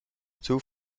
two